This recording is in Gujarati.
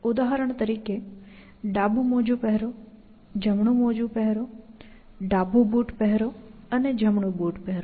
ઉદાહરણ તરીકે ડાબું મોજું પહેરો જમણું મોજું પહેરો ડાબું બૂટ પહેરો અને જમણું બૂટ પહેરો